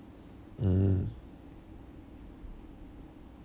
mm